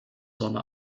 sonne